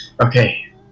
okay